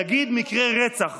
נגיד מקרה רצח,